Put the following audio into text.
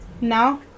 Now